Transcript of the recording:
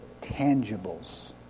tangibles